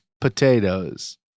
Potatoes